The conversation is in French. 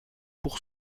pour